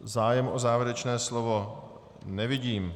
Zájem o závěrečné slovo nevidím.